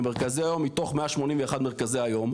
במרכזי היום מתוך 181 מרכזי היום,